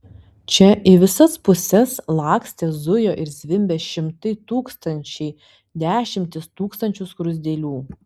čia į visas puses lakstė zujo ir zvimbė šimtai tūkstančiai dešimtys tūkstančių skruzdėlių